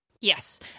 yes